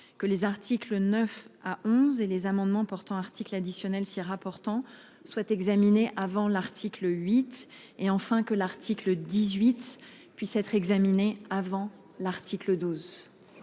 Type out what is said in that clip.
que les articles 9 à 11, ainsi que les amendements portant articles additionnels s'y rapportant, soient examinés avant l'article 8 ; enfin, que l'article 18 soit examiné avant l'article 12.